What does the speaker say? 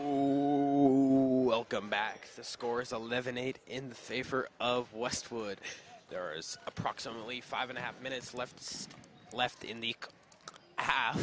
your welcome back the scores eleven eight in the favor of westwood there is approximately five and a half minutes left left in the house